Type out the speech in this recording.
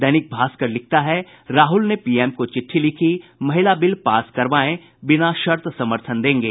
दैनिक भास्कर लिखता है राहुल ने पीएम को चिट्ठी लिखी महिला बिल पास करवायें बिना शर्त समर्थन देंगे